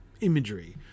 imagery